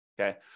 okay